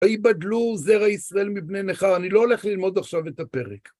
היבדלו זרע ישראל מבני ניכר. אני לא הולך ללמוד עכשיו את הפרק.